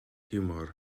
hiwmor